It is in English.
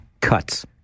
cuts